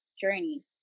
journey